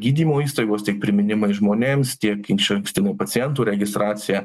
gydymo įstaigos tiek priminimai žmonėms tiek išankstinė pacientų registracija